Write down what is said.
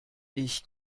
ich